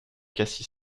cassie